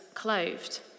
clothed